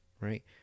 right